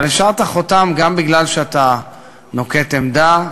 אבל השארת חותם גם בגלל שאתה נוקט עמדה,